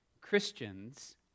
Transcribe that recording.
Christians